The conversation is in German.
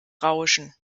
rauschen